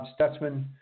Stutzman